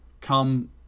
come